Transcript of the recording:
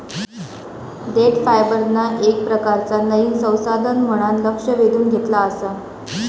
देठ फायबरना येक प्रकारचा नयीन संसाधन म्हणान लक्ष वेधून घेतला आसा